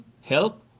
help